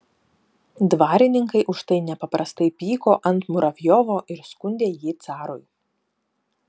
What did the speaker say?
dvarininkai už tai nepaprastai pyko ant muravjovo ir skundė jį carui